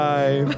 Bye